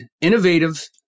innovative